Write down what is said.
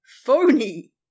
phony